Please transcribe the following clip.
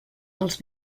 dels